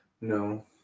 No